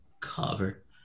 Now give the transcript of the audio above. Cover